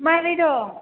माबोरै दं